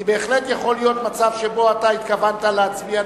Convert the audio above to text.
כי בהחלט יכול להיות מצב שבו התכוונת להצביע,